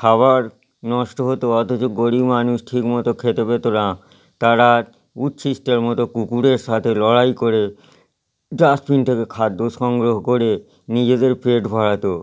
খাবার নষ্ট হতো অথচ গরীব মানুষ ঠিক মতো খেতে পেতো না তারা উচ্ছিষ্টের মতো কুকুরের সাথে লড়াই করে ডাস্টবিন থেকে খাদ্য সংগ্রহ করে নিজেদের পেট ভরাতো